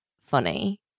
funny